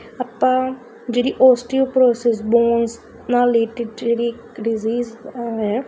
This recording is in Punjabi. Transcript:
ਆਪਾਂ ਜਿਹੜੀ ਓਸਟੀਓਪ੍ਰੋਸੈਸ ਬੋਨਸ ਨਾਲ ਰਿਲੇਟਡ ਜਿਹੜੀ ਇੱਕ ਡਜ਼ੀਜ਼ ਉਹ ਹੈ